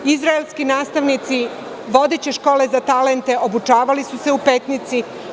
Izraelski nastavnici vodeće škole za talente obučavali su se u Petnici.